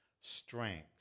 strength